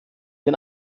den